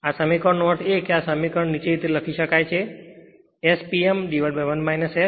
આ સમીકરણ નો અર્થ એ છે કે આ સમીકરણ થી તે લખી શકાય છે કે S P m1 S છે